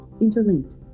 interlinked